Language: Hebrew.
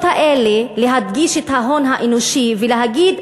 האלה להדגיש את ההון האנושי ולהגיד,